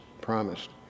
promised